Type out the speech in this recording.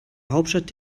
hauptstadt